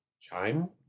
Chime